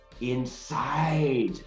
inside